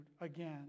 again